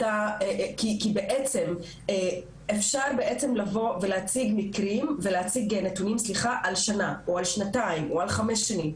כי אפשר להציג מקרים ולהציג נתונים על שנה או על שנתיים או על חמש שנים,